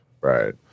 Right